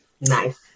nice